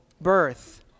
birth